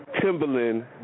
Timberland